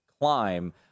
climb